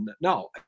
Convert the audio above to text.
no –